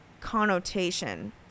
connotation